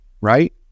Right